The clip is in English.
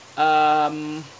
um